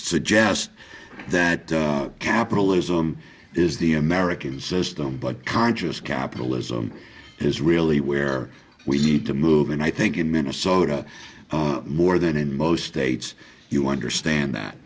suggest that capitalism is the american system but conscious capitalism is really where we need to move and i think in minnesota more than in most states you understand that